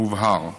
מובהר: